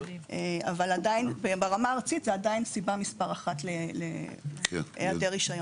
אבל ברמה הארצית זו עדיין סיבה מספר אחת להיעדר רישיון.